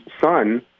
son